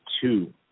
two